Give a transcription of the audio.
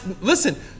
Listen